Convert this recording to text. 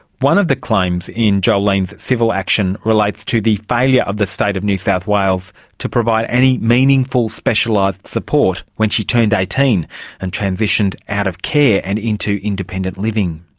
one of the claims in jolene's civil action relates to the failure of the state of new south wales to provide any meaningful specialised support when she turned eighteen and transitioned out of care and into independent living.